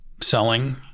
selling